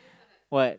what